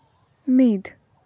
ᱢᱤᱫ